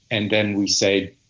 and then we say,